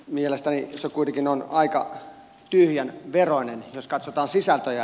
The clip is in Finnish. mielestäni se kuitenkin on aika tyhjän veroinen jos katsotaan sisältöjä